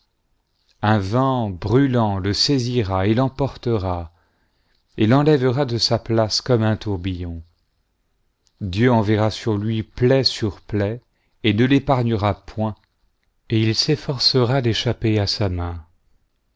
un vent brûlant le saisira et l'emportera et l'enlèvera de sa place comme un tourbillon dieu enveita sur lui plaie sur plaie et ne l'épargnera point et il s'efforcera d'échapper à sa main